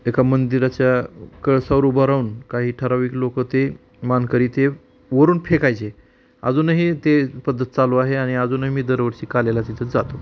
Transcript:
एका मंदिराच्या कळसावर उभा राहून काही ठराविक लोक ते मानकरी ते वरून फेकायचे अजूनही ते पद्धत चालू आहे आणि अजूनही मी दरवर्षी काल्याला तिथं जातो